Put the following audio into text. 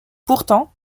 pourtant